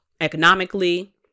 economically